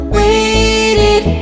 waited